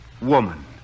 woman